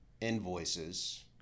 invoices